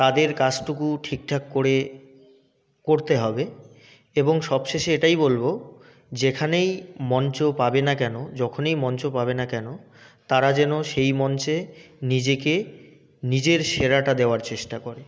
তাদের কাজটুকু ঠিকঠাক করে করতে হবে এবং সব শেষে এটাই বলব যেখানেই মঞ্চ পাবে না কেন যখনই মঞ্চ পাবে না কেন তারা যেন সেই মঞ্চে নিজেকে নিজের সেরাটা দেওয়ার চেষ্টা করে